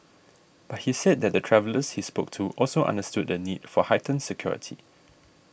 but he said that the travellers he spoke to also understood the need for heightened security